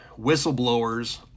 whistleblowers